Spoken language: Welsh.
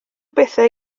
bethau